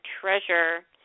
treasure